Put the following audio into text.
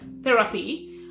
therapy